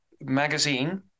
magazine